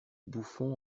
bouffon